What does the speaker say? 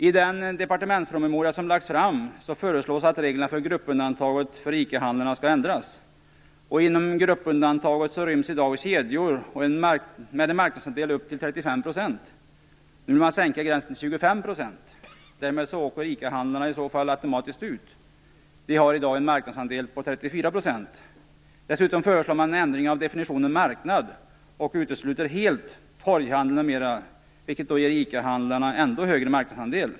handlarna skall ändras. Inom gruppundantaget ryms i dag kedjor med en marknadsandel på upp till 35 %. Nu vill man sänka gränsen till 25 %. Därmed åker ICA-handlarna automatiskt ut. De har i dag en marknadsandel på 34 %. Dessutom föreslår man en ändring av definitionen av marknad och utesluter helt torghandel m.m., vilket ger ICA-handlarna ännu högre marknadsandel.